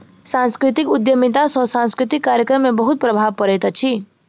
सांस्कृतिक उद्यमिता सॅ सांस्कृतिक कार्यक्रम में बहुत प्रभाव पड़ैत अछि